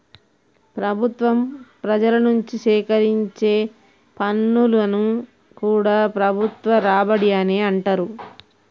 ప్రభుత్వం ప్రజల నుంచి సేకరించే పన్నులను కూడా ప్రభుత్వ రాబడి అనే అంటరు